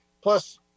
plus